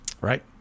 right